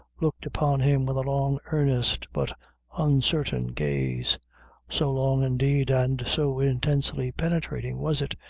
looked upon him with a long, earnest, but uncertain gaze so long, indeed, and so intensely penetrating was it,